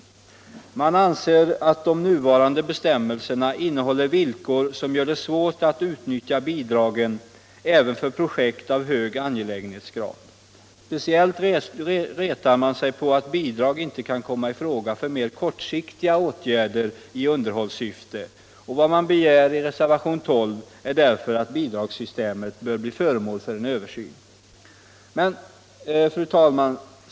Reservanterna anser att de nuvarande bestämmelserna innehåller villkor som gör det svårt att utnyttja bidragen även för projekt av hög angelägenhetsgrad. Speciellt retar de sig på att bidrag inte kan komma i fråga för mer kortsiktiga åtgärder i underhållssyfte. Vad man begär i reservationen 12 är därför att bidragssystemet blir föremål för översyn.